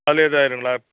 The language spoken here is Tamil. அதிலேயே இது ஆயிடுங்களா